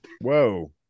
Whoa